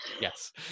Yes